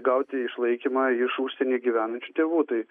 gauti išlaikymą iš užsienyje gyvenančių tėvų tai